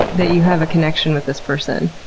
that you have a connection with this person.